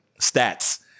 stats